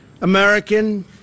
American